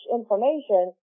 information